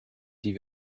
die